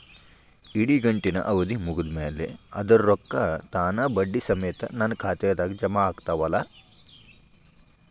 ಇಡಗಂಟಿನ್ ಅವಧಿ ಮುಗದ್ ಮ್ಯಾಲೆ ಅದರ ರೊಕ್ಕಾ ತಾನ ಬಡ್ಡಿ ಸಮೇತ ನನ್ನ ಖಾತೆದಾಗ್ ಜಮಾ ಆಗ್ತಾವ್ ಅಲಾ?